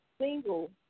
single